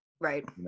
Right